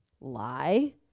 Lie